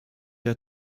der